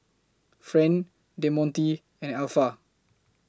Friend Demonte and Alpha